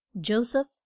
Joseph